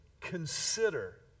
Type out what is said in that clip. consider